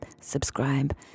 subscribe